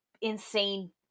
insane